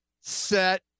set